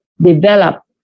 develop